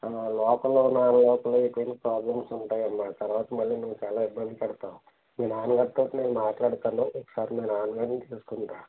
local non local ఇటువంటి కొన్ని problems ఉంటాయి అమ్మ తర్వాత మళ్ళీ నువ్వు చాలా ఇబ్బంది పడతావు మీ నాన్నగారితో నేను మాట్లాడతాను ఒకసారి మీ నాన్నగారిని తీసుకొని రా